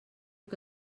que